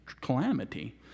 calamity